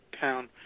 town